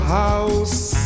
house